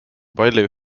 palju